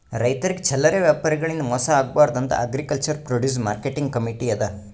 ರೈತರಿಗ್ ಚಲ್ಲರೆ ವ್ಯಾಪಾರಿಗಳಿಂದ್ ಮೋಸ ಆಗ್ಬಾರ್ದ್ ಅಂತಾ ಅಗ್ರಿಕಲ್ಚರ್ ಪ್ರೊಡ್ಯೂಸ್ ಮಾರ್ಕೆಟಿಂಗ್ ಕಮೀಟಿ ಅದಾ